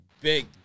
big